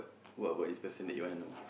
what about this person that you wanna know